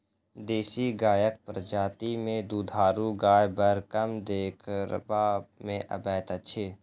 देशी गायक प्रजाति मे दूधारू गाय बड़ कम देखबा मे अबैत अछि